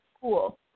Cool